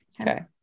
Okay